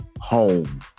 home